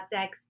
Sex